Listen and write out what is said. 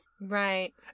right